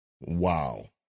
Wow